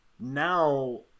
Now